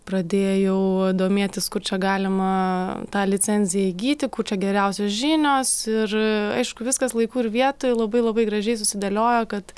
pradėjau domėtis kur čia galima tą licenziją įgyti kur čia geriausios žinios ir aišku viskas laiku ir vietoj labai labai gražiai susidėliojo kad